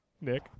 Nick